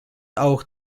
auch